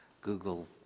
Google